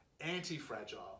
anti-fragile